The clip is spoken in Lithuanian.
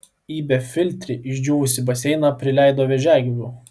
į befiltrį išdžiūvusį baseiną prileido vėžiagyvių